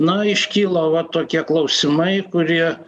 na iškilo va tokie klausimai kurie